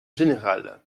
général